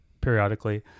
Periodically